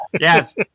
yes